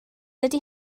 dydy